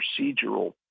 procedural